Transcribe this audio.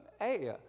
hey